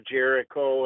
Jericho